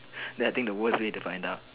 then I think that's the worst way to find out